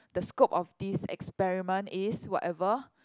the scope of this experiment is whatever